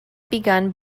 begun